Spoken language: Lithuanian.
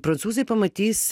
prancūzai pamatys